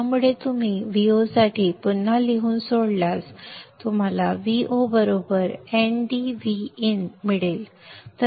त्यामुळे तुम्ही Vo साठी पुन्हा लिहून सोडवल्यास तुम्हाला Vo ndVin मिळेल